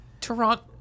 Toronto